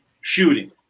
shooting